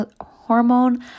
hormone